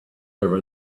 over